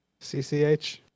CCH